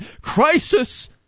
crisis